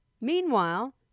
Meanwhile